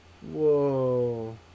whoa